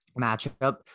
matchup